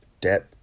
debt